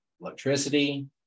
electricity